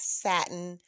satin